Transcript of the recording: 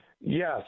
yes